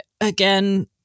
again